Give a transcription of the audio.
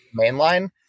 mainline